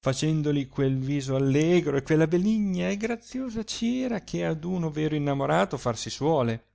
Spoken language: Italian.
facendoli quel viso allegro e quella benigna e graziosa ciera che ad uno vero innamorato far si suole